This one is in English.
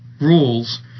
rules